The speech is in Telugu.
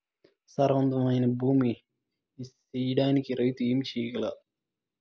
సారవంతమైన భూమి నీ సేయడానికి రైతుగా ఏమి చెయల్ల?